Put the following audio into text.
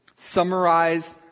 Summarize